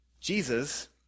Jesus